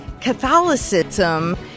Catholicism